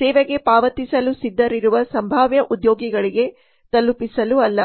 ಸೇವೆಗೆ ಪಾವತಿಸಲು ಸಿದ್ಧರಿರುವ ಸಂಭಾವ್ಯ ಉದ್ಯೋಗಿಗಳಿಗೆ ತಲುಪಿಸಲು ಅಲ್ಲ